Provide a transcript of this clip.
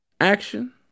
action